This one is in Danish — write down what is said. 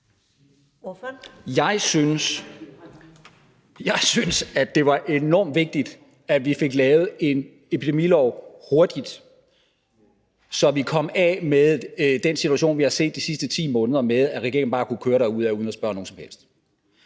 Jeg synes, at det var enormt vigtigt, at vi fik lavet en epidemilov hurtigt, så vi kom af med den situation, som vi har set de sidste 10 måneder, med at regeringen bare kunne køre derudad uden at spørge nogen som helst.